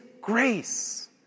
grace